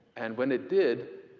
and when it did,